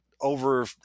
over